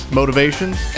motivations